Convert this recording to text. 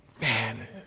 Man